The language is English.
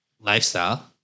lifestyle